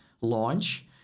launch